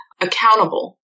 accountable